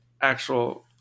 actual